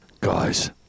guys